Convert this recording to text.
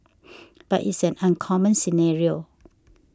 but it's an uncommon scenario